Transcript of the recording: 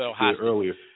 earlier